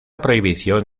prohibición